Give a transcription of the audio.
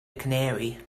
canary